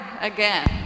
again